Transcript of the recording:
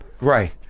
Right